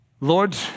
Lord